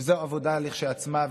זאת עבודה בפני עצמה,